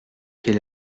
quel